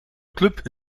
club